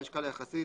המשקל היחסי,